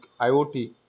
IOT